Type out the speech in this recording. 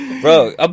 bro